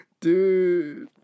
Dude